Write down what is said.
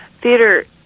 Theater